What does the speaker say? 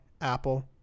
Apple